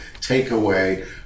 takeaway